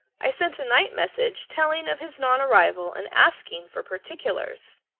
i sent a night message telling of his non-arrival and asking for particulars.